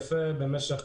הבין-משרדיים.